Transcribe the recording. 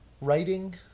writing